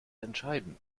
entscheiden